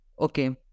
Okay